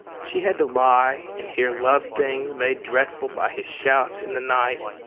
she had to lie and hear love things made dreadful by his shouts in the night.